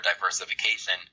diversification